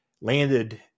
landed